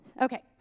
Okay